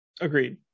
Agreed